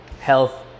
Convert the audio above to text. health